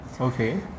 Okay